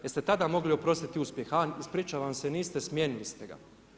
Jeste tada mogli oprostiti uspjeh, a ispričavam se, niste, smijenili ste ga.